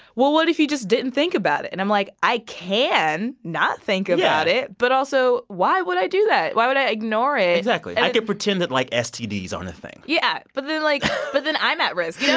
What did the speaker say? what what if you just didn't think about it? and i'm like, i can not think about it yeah but, also, why would i do that? why would i ignore it? exactly. i could pretend that, like, stds aren't a thing yeah. but then, like but then i'm at risk, yeah